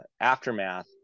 aftermath